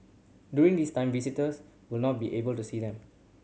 during this time visitors would not be able to see them